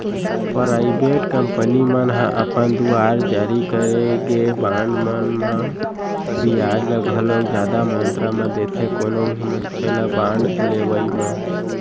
private company मन ह अपन दुवार जारी करे गे बांड मन म बियाज ल घलोक जादा मातरा म देथे कोनो भी मनखे ल बांड लेवई म